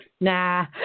nah